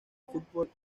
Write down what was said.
fútbol